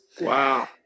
Wow